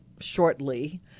shortly